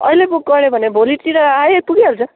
अहिले बुक गऱ्यो भने भोलितिर आइपुगि हाल्छ